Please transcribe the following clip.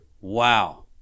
Wow